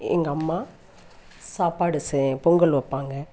எ எங்கள் அம்மா சாப்பாடு செய் பொங்கல் வைப்பாங்க